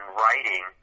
writing